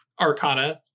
arcana